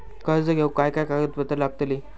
कर्ज घेऊक काय काय कागदपत्र लागतली?